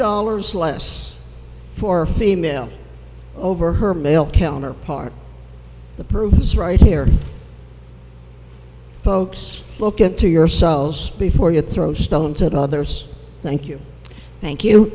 dollars less for a female over her male counterpart the purpose right here folks look into your cells before you throw stones at others thank you thank you